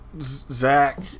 Zach